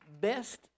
Best